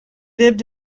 lived